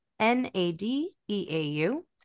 N-A-D-E-A-U